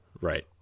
Right